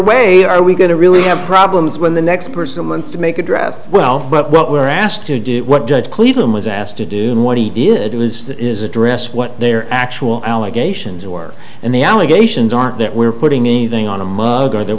way are we going to really have problems when the next person wants to make a dress well we're asked to do what judge cleveland was asked to do and what he did was that is address what their actual allegations were and the allegations aren't that we're putting anything on a mug or that